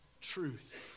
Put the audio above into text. truth